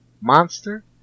monster